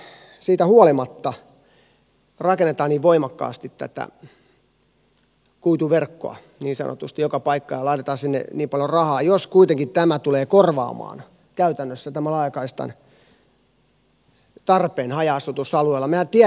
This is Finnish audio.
kysyisinkin ministeriltä miksi siitä huolimatta rakennetaan niin voimakkaasti tätä kuituverkkoa niin sanotusti joka paikkaan ja laitetaan sinne niin paljon rahaa jos kuitenkin tämä tulee korvaamaan käytännössä tämän laajakaistan tarpeen haja asutusalueella